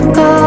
go